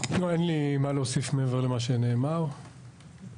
לא אין לי מה להוסיף מעבר למה שנאמר, תודה.